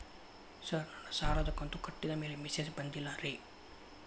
sir ನನ್ನ ಸಾಲದ ಕಂತು ಕಟ್ಟಿದಮೇಲೆ ಮೆಸೇಜ್ ಬಂದಿಲ್ಲ ರೇ